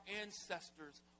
ancestors